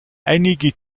einige